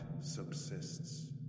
subsists